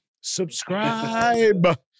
subscribe